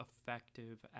effective